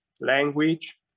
language